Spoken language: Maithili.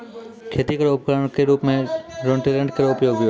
खेती केरो उपकरण क रूपों में रोटेटर केरो उपयोग भी होय छै